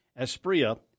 Espria